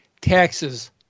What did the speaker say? taxes